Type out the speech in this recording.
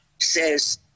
says